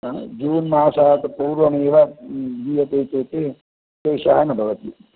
हा जून् मासात् पूर्वमेव दीयते चेत् क्लेशः न भवति